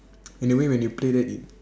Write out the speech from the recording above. in the way when you play that you